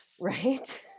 right